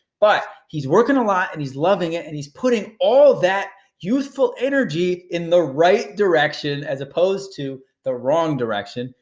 but he's working a lot and he's loving it and he's putting all of that youthful energy in the right direction as opposed to the wrong direction,